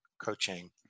coaching